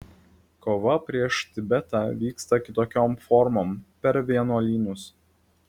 kova prieš tibetą vyksta kitokiom formom per vienuolynus